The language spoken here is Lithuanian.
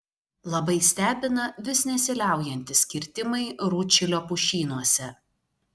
labai stebina vis nesiliaujantys kirtimai rūdšilio pušynuose